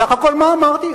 בסך הכול מה אמרתי?